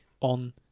on